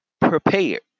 Prepared